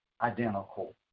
identical